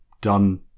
done